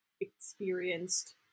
experienced